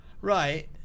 Right